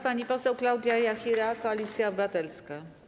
Pani poseł Klaudia Jachira, Koalicja Obywatelska.